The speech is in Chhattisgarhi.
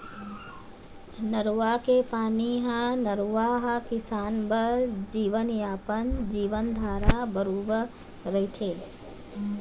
नरूवा के पानी ह नरूवा ह किसान बर जीवनयापन, जीवनधारा बरोबर रहिथे